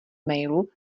mailu